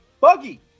Buggy